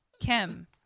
Kim